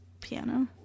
piano